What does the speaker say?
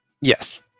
Yes